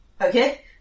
Okay